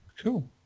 Cool